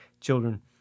children